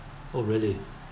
oh really